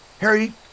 Harry